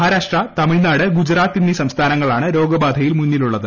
മഹാരാഷ്ട്ര തമിഴ്നാട് ഗുജറാത്ത് എന്നീ സംസ്ഥാനങ്ങളാണ് രോഗബാധയിൽ മുന്നിലുള്ളത്